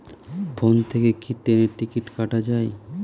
Phone থেকে কি ট্রেনের টিকিট কাটা য়ায়?